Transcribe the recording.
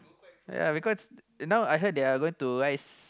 ya because now I heard they are going to rise